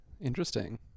Interesting